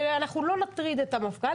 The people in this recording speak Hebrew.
ואנחנו לא נטריד את המפכ"ל,